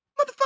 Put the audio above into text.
motherfucker